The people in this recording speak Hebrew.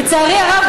לצערי הרב,